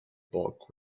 bulk